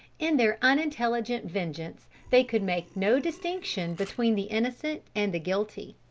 in their unintelligent vengeance they could make no distinction between the innocent and the guilty.